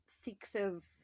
fixes